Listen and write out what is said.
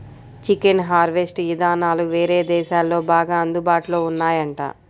chicken harvest ఇదానాలు వేరే దేశాల్లో బాగా అందుబాటులో ఉన్నాయంట